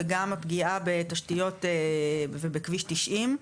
וגם הפגיעה בתשתיות ובכביש 90,